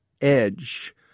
edge